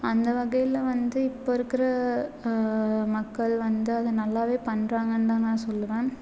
அந்த வகையில் வந்து இப்போ இருக்கிற மக்கள் வந்து அதை நல்லாவே பண்ணுறாங்கன்னு தான் நான் சொல்லுவேன்